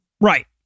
Right